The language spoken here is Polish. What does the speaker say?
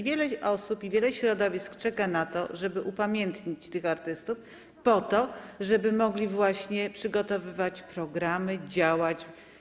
Wiele osób i wiele środowisk czeka na to, żeby upamiętnić tych artystów, po to żeby mogli właśnie przygotowywać programy, działać.